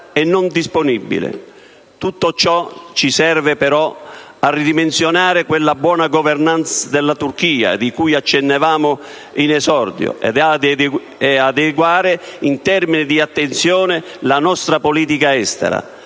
Tutto ciò ci serve però a ridimensionare quella buona *governance* della Turchia cui accennavamo in esordio e ad adeguare, in termini di attenzione, la nostra politica estera.